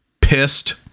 pissed